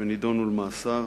ונידונו למאסר.